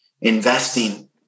investing